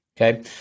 Okay